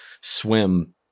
swim